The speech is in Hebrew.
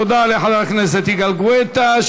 תודה לחבר הכנסת יגאל גואטה,